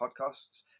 podcasts